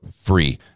Free